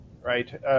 right